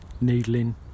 needling